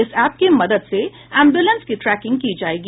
इस एप के मदद से एम्ब्रलेंस की ट्रेकिंग की जायेगी